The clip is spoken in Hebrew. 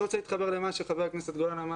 אני רוצה להתחבר למה שאמר חבר הכנסת גולן,